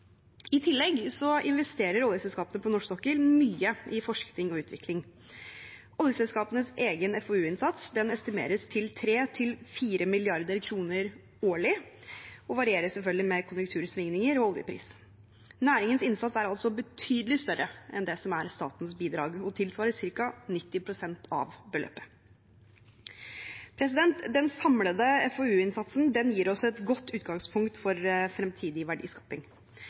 I tillegg investerer oljeselskapene på norsk sokkel mye i forskning og utvikling. Oljeselskapenes egen FoU-innsats estimeres til 3–4 mrd. kr årlig og varierer selvfølgelig med konjunktursvingninger og oljepris. Næringens innsats er altså betydelig større enn det som er statens bidrag, og tilsvarer ca. 90 pst. av beløpet. Den samlede FoU-innsatsen gir oss et godt utgangspunkt for fremtidig verdiskaping.